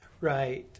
Right